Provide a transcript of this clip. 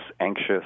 anxious